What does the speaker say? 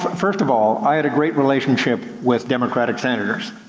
first of all, i had a great relationship with democratic senators.